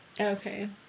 Okay